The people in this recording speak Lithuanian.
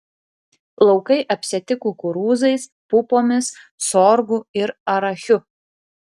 laukai apsėti kukurūzais pupomis sorgu ir arachiu